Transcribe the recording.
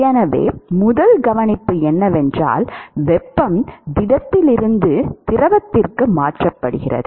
எனவே முதல் கவனிப்பு என்னவென்றால் வெப்பம் திடத்திலிருந்து திரவத்திற்கு மாற்றப்படுகிறது